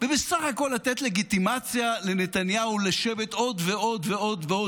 ובסך הכול לתת לגיטימציה לנתניהו לשבת עוד ועוד ועוד,